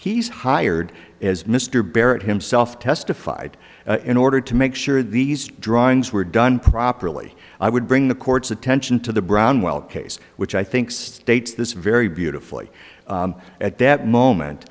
he's hired as mr barrett himself testified in order to make sure these drawings were done properly i would bring the court's attention to the brown well case which i think states this very beautifully at that moment